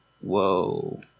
Whoa